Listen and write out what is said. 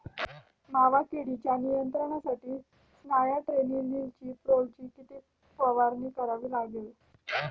मावा किडीच्या नियंत्रणासाठी स्यान्ट्रेनिलीप्रोलची किती फवारणी करावी लागेल?